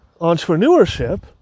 entrepreneurship